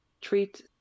treat